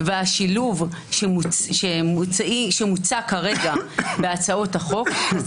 והשילוב שמוצע כרגע בהצעות החוק הוא